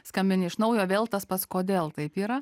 skambini iš naujo vėl tas pats kodėl taip yra